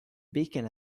beacon